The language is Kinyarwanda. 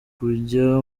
kujya